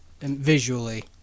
Visually